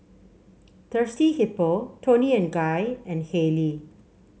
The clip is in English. Thirsty Hippo Toni and Guy and Haylee